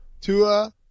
Tua